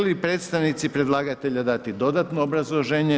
Žele li predstavnici predlagatelja dati dodatno obrazloženje?